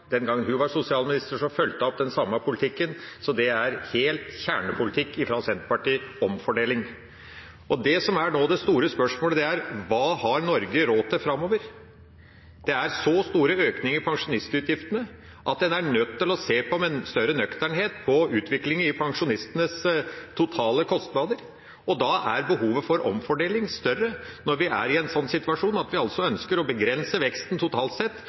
den gangen hun var sosialminister, fulgte opp den samme politikken – så omfordeling er kjernepolitikk for Senterpartiet. Det som nå er det store spørsmålet, er: Hva har Norge råd til framover? Det er så store økninger i pensjonsutgiftene at en er nødt til å se med større nøkternhet på utviklingen i pensjonistenes totale kostnader. Da er behovet for omfordeling større, når vi er i en situasjon der vi ønsker å begrense veksten totalt sett